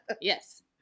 Yes